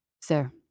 Sir